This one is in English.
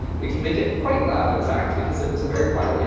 and we can make it quite loud, in fact because it was a very quiet, yeah